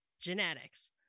genetics